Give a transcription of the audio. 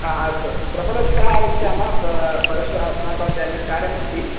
अस्तु अस्तु प्रपरश्वः आगच्छामः पा परश्वः अस्माकं ते अन्यत् कार्यमस्ति